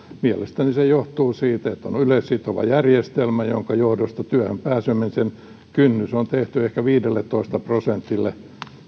mielestäni se johtuu siitä että on yleissitova järjestelmä jonka johdosta työhön pääsemisen kynnys on tehty ehkä viidelletoista prosentille